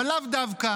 אבל לאו דווקא.